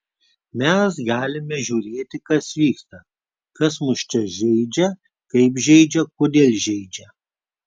mes galime žiūrėti kas vyksta kas mus čia žeidžia kaip žeidžia kodėl žeidžia